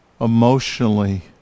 emotionally